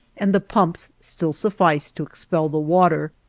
and the pumps still sufficed to expel the water.